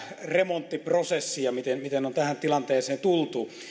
remonttiprosessi ja se miten on tähän tilanteeseen tultu